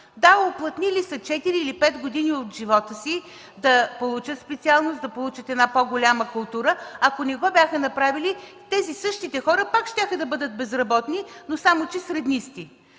Да, уплътнили са четири или пет години от живота си да получат специалност, да получат една по-голяма култура. Ако не го бяха направили, същите тези хора пак щяха да бъдат безработни, само че среднисти.